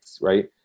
right